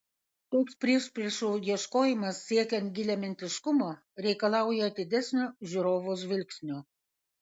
toks priešpriešų ieškojimas siekiant giliamintiškumo reikalauja atidesnio žiūrovo žvilgsnio